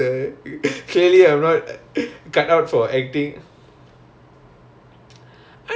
!aiya! no lah Tamil மாசம்னு சொல்லிருந்தா வேறயா இருந்திருக்கும்:tamil maasamnu sollirunthaa verayaa irunthirukum